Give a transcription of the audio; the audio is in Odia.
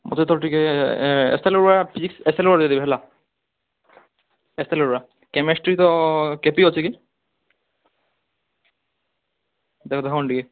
ମୋତେ ତ ଟିକେ ଫିଜିକ୍ସ ର ଦେବେ ହେଲା କେମେଷ୍ଟ୍ରିର କେ ପି ଅଛି କି ହେଲା ହେଟାକୁ ଦେଖନ୍ତୁ ଟିକେ